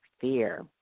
Fear